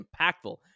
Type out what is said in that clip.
impactful